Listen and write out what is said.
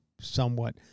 somewhat